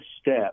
step